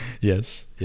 Yes